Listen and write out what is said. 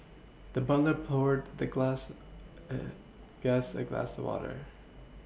the butler poured the glass guest a glass water